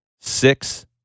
six